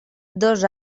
dos